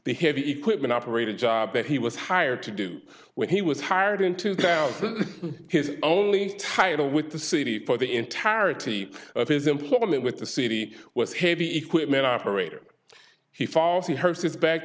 the heavy equipment operator job that he was hired to do when he was hired in two thousand his only title with the city for the entirety of his employment with the city was heavy equipment operator he falls he h